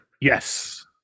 Yes